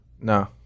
No